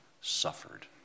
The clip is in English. suffered